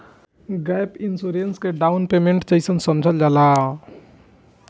gap insurance के down payment के जइसन समझल जाला